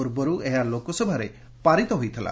ପୂର୍ବରୁ ଏହା ଲୋକସଭାରେ ପାରିତ ହୋଇଥିଲା